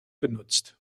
genutzt